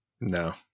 no